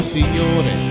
Signore